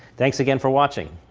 thanks again for watching.